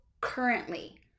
currently